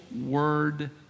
word